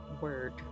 word